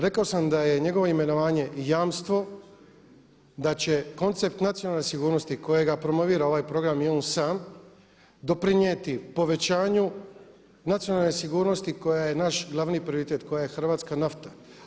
Rekao sam da je njegovo imenovanje jamstvo, da će koncept nacionalne sigurnosti kojega promovira ovaj program i on sam doprinijeti povećanju nacionalne sigurnosti koja je naš glavni prioritet koji je hrvatska nafta.